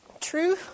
True